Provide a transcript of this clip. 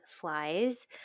Flies